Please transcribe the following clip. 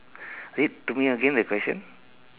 read to me again the question